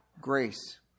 grace